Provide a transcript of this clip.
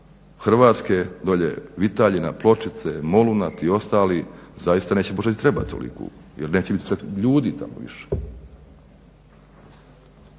Hrvatske dolje Vitaljina, Pločice, MOlunat i ostali zaista može neće ni trebati toliku, jer neće biti ljuti tamo više.